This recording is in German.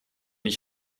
ich